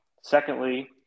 Secondly